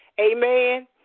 amen